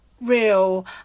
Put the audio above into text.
real